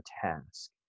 task